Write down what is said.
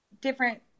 different